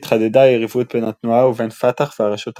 התחדדה היריבות בין התנועה ובין פת"ח והרשות הפלסטינית.